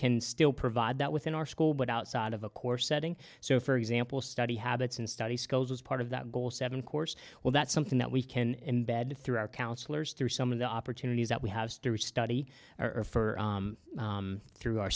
can still provide that within our school but outside of a core setting so for example study habits and study skills as part of that goal seven course well that's something that we can embed through our counselors through some of the opportunities that we have to study or for through our